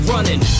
Running